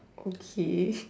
okay